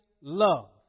love